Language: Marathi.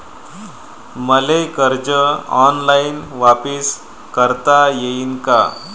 मले कर्ज ऑनलाईन वापिस करता येईन का?